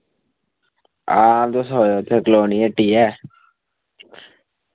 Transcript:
हां तुस आएओ इत्थे कलोनी हट्टी ऐ